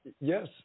Yes